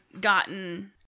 gotten